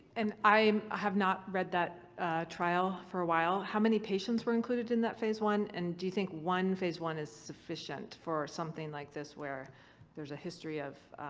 and i have not read that trial for a while. how many patients were included in that phase one and do you think one phase one is sufficient for something like this where there's a history of